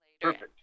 Perfect